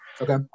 Okay